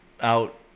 out